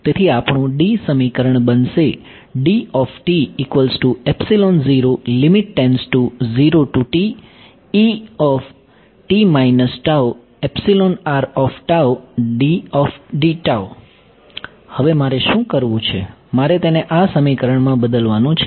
તેથી આપણું સમીકરણ બનશે હવે મારે શું કરવું છે મારે તેને આ સમીકરણમાં બદલવાનું છે